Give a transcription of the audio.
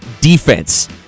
defense